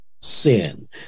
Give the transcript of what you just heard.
sin